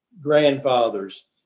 grandfathers